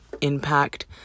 impact